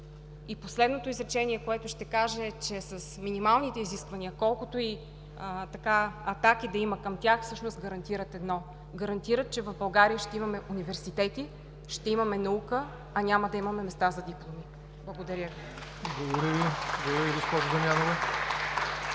И последното изречение, което ще кажа, е, че минималните изисквания, колкото и атаки да има към тях, всъщност гарантират едно – че в България ще имаме университети, ще имаме наука, а няма да имаме места за дипломи. Благодаря Ви. (Ръкопляскания от